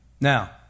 Now